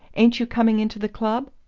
ain't you coming into the club?